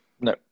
No